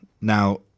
Now